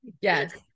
yes